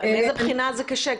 מאיזו בחינה זה קשה?